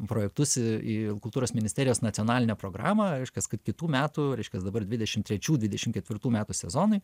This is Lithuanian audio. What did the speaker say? projektus į kultūros ministerijos nacionalinę programą reiškias kad kitų metų reiškias dabardvidešim trečių dvidešim ketvirtų metų sezonui